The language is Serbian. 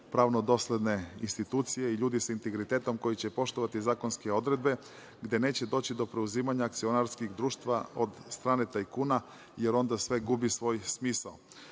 pravno dosledne institucije i ljudi sa integritetom, koji će poštovati zakonske odredbe, gde neće doći do preuzimanja akcionarskih društava od strane tajkuna, jer onda sve gubi svoj